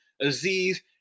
Aziz